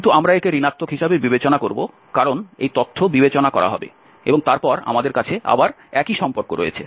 কিন্তু আমরা একে ঋণাত্মক হিসাবে বিবেচনা করব কারণ এই তথ্য বিবেচনা করা হবে এবং তারপর আমাদের কাছে আবার একই সম্পর্ক রয়েছে